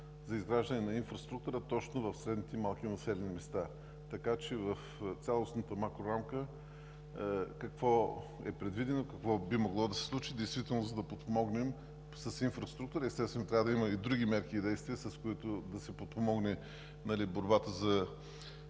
за изграждане на инфраструктура точно в средните и малките населени места, така че в цялостната макрорамка какво е предвидено? Какво би могло да се случи действително, за да подпомогнем с инфраструктура? Естествено, трябва да има и други мерки и действия, с които да се подпомогне борбата за